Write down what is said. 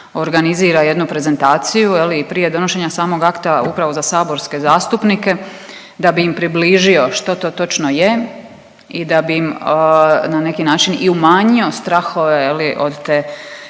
organizira jednu prezentaciju i prije donošenja samog akta upravo za saborske zastupnike da bi im približio što to točno je i da bi im na neki način i umanjio strahove je